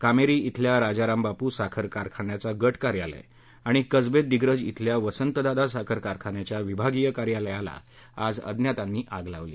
कामेरी इथल्या राजारामबापू साखर कारखान्याचं गट कार्यालय आणि कसबे डिग्रज इथल्या वसंतदादा साखर कारखान्याच्या विभागीय कार्यालयाला आज अज्ञातांनी आग लावली